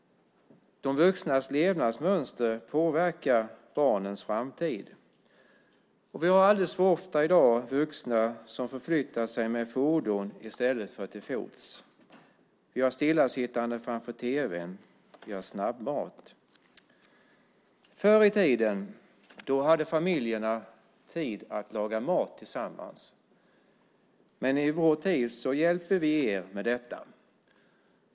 De vuxnas levnadsmönster påverkar barnens framtid. I dag förflyttar sig vuxna alldeles för ofta med fordon i stället för till fots. Vi sitter stilla framför tv:n, och vi har snabbmat. Förr i tiden hade familjerna tid att laga mat tillsammans. Men i vår tid hjälper vi er med detta.